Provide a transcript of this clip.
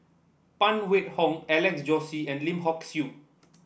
Phan Wait Hong Alex Josey and Lim Hock Siew